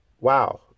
wow